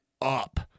up